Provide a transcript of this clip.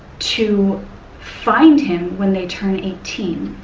to find him when they turn eighteen.